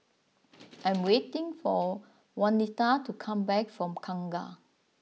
I am waiting for Waneta to come back from Kangkar